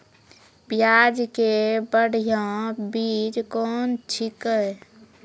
प्याज के बढ़िया बीज कौन छिकै?